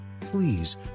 Please